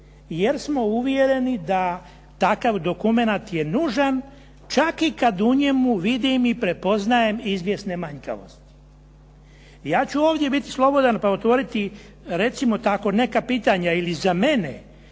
jer smo uvjereni da takav dokument je nužan čak i kad u njemu vidim i prepoznajem izvjesne manjkavosti. Ja ću ovdje biti slobodan pa otvoriti, recimo tako, neka pitanja ili za mene